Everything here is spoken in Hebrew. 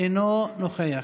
אינו נוכח,